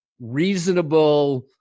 reasonable